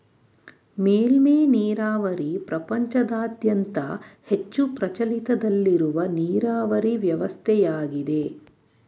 ಮೇಲ್ಮೆ ನೀರಾವರಿ ಪ್ರಪಂಚದಾದ್ಯಂತ ಹೆಚ್ಚು ಪ್ರಚಲಿತದಲ್ಲಿರುವ ನೀರಾವರಿ ವ್ಯವಸ್ಥೆಯಾಗಿದೆ